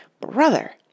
Brother